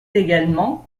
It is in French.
également